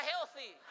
healthy